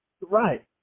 Right